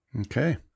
Okay